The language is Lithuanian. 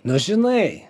nu žinai